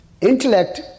intellect